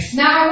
now